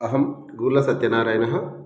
अहं गुलसत्यनारायणः